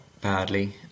badly